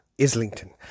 Islington